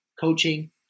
Coaching